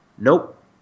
Nope